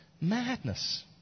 Madness